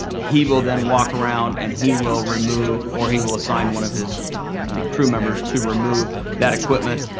he will then walk around and he will remove, or he will assign one of his crew members to remove that equipment,